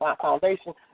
foundation